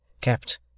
kept